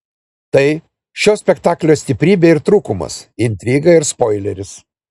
tai šio spektaklio stiprybė ir trūkumas intriga ir spoileris